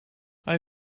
hij